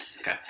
Okay